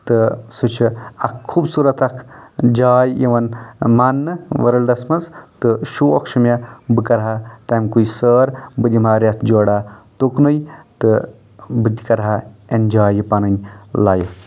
تہٕ سُہ چھُ اکھ خوٗبصوٗرت اکھ جاے یِوان ماننہٕ ورلڈس منٛز تہٕ شوق چھُ مےٚ بہٕ کَرٕ ہا تَمہِ کُے سٲربہٕ دَمہٕ ہا رٮ۪تھ جورہ تُکنُے تہٕ بہٕ تہِ کَرٕ ہا ایٚنٛجوے یہِ پَنٕنۍ لایف